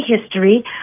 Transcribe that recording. history